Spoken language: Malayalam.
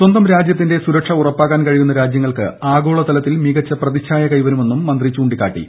സ്വന്തം രാജ്യത്തിന്റെ സുരക്ഷ ഉറപ്പാക്കാൻ കഴിയുന്ന രാജ്യങ്ങൾക്ക് ആഗോളതലത്തിൽ മികച്ച പ്രതിച്ഛായ കൈവരുമെന്നും മന്ത്രി ചൂണ്ടിക്കാട്ടി